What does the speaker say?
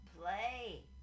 Play